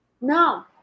No